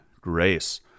grace